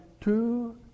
two